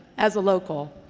as a local.